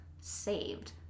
saved